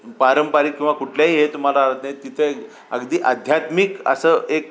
पारंपारिक किंवा कुठल्याही हे तुम्हाला आढळत नाही तिथे अगदी आध्यात्मिक असं एक